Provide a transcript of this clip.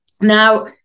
Now